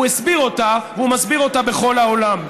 הוא הסביר אותה והוא מסביר אותה בכל העולם.